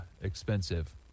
expensive